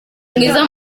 mwiza